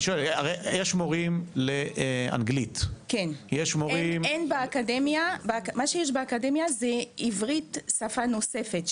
מורים לאנגלית --- באקדמיה יש עברית שפה נוספת,